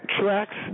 tracks